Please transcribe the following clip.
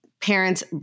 parents